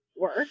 work